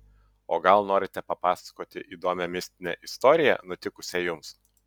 o gal norite papasakoti įdomią mistinę istoriją nutikusią jums